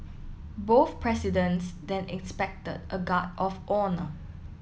both presidents then inspected a guard of honour